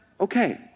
Okay